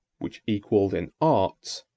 which equalled in arts,